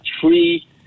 three